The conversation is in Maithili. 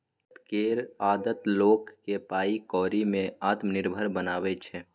बचत केर आदत लोक केँ पाइ कौड़ी में आत्मनिर्भर बनाबै छै